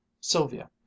Sylvia